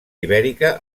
ibèrica